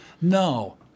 No